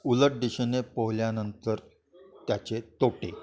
उलट दिशेने पोहल्यानंतर त्याचे तोटे